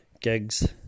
gigs